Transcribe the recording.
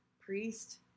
priest